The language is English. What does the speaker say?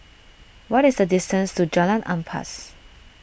what is the distance to Jalan Ampas